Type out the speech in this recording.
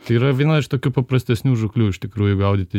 tai yra viena iš tokių paprastesnių žūklių iš tikrųjų gaudyti